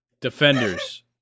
Defenders